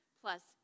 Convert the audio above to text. plus